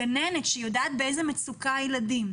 הגננת שיודעת באיזו מצוקה הילדים,